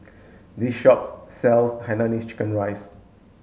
this shop sells Hainanese chicken rice